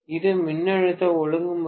இது மின்னழுத்த ஒழுங்குமுறை